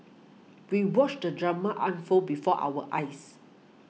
we watched the drama unfold before our eyes